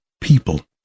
people